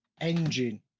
engine